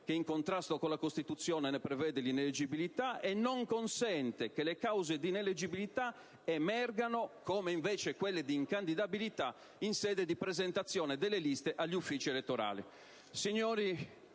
che in contrasto con la Costituzione ne prevede l'ineleggibilità, e non consente che le cause di ineleggibilità emergano come invece quelle di incandidabilità in sede di presentazione delle liste agli uffici elettorali».